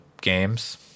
games